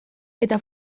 eta